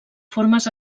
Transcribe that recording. formes